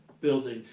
building